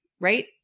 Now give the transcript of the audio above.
right